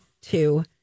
two